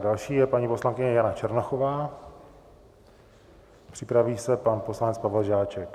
Další je paní poslankyně Jana Černochová, připraví se pan poslanec Pavel Žáček.